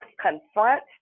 confront